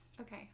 Okay